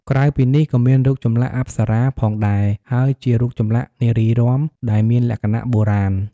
ក្រៅពីនេះ ក៏មានរូបចម្លាក់អប្សារាផងដែរ ហើយជារូបចម្លាក់នារីរាំ ដែលមានលក្ខណៈបុរាណ។